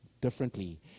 differently